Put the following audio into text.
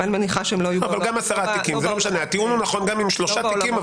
הטיעון נכון גם עם שלושה תיקים,